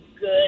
good